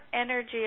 energy